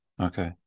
Okay